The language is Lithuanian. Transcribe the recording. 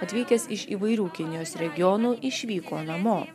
atvykęs iš įvairių kinijos regionų išvyko namo